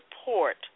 support